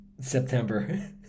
September